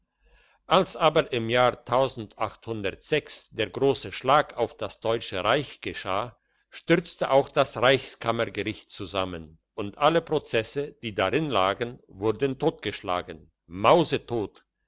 als aber im jahr der grosse schlag auf das deutsche reich geschah stürzte auch das reichskammergericht zusammen und alle prozesse die darin lagen wurden totgeschlagen maustot